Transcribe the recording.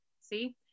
See